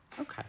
Okay